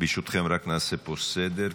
אין נמנעים ואין מתנגדים,